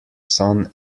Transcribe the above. sun